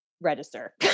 register